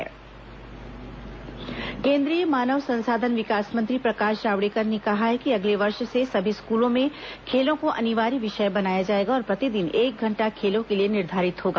खेलो India केन्द्रीय मानव संसाधन विकास मंत्री प्रकाश जावड़ेकर ने कहा है कि अगले वर्ष से सभी स्कूलों में खेलो को अनिवार्य विषय बनाया जायेगा और प्रतिदिन एक घंटा खेलों के लिए निर्धारित होगा